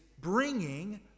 bringing